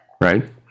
right